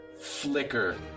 flicker